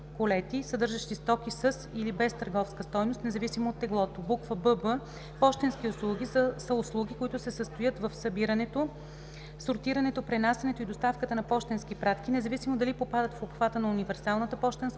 колети, съдържащи стоки със или без търговска стойност, независимо от теглото; бб) „пощенски услуги“ са услуги, които се състоят в събирането, сортирането, пренасянето и доставката на пощенски пратки, независимо дали попадат в обхвата на универсалната пощенска